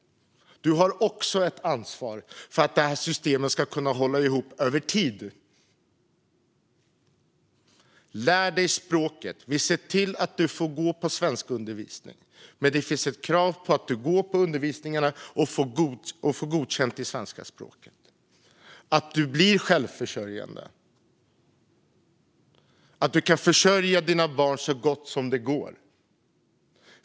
Du har också ett ansvar för att det här systemet ska kunna hålla ihop över tid. Lär dig språket! Vi ser till att du får gå på svenskundervisning. Men det finns ett krav på att du går på undervisningen och får godkänt i svenska språket, att du blir självförsörjande och att du kan försörja dina barn så gott det går.